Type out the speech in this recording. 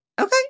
Okay